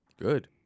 good